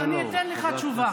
אתם התנגדתם לתחנות משטרה,